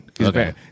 Okay